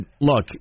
Look